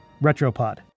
Retropod